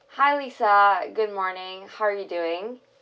hi lisa good morning how are you doing